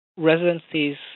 Residencies